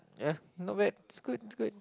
ya not bad it's good it's good